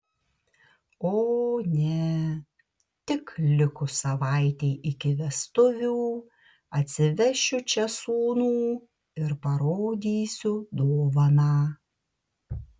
o ne tik likus savaitei iki vestuvių atsivešiu čia sūnų ir parodysiu dovaną